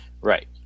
Right